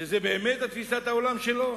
שזו באמת תפיסת העולם שלו,